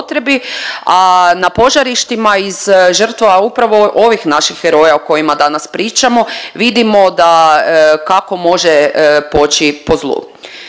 a na požarištima iz žrtava upravo ovih naših heroja o kojima danas pričamo vidimo da kako može poći po zlu.